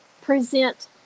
present